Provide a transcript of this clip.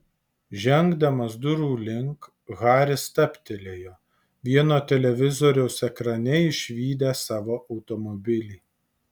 žengdamas durų link haris stabtelėjo vieno televizoriaus ekrane išvydęs savo automobilį